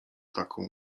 taką